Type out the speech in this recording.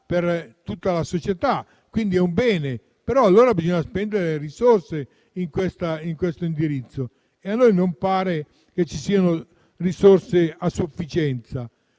per tutta la società, quindi è un bene. Però allora bisogna spendere risorse in questa direzione e a noi non pare che ci siano risorse a sufficienza.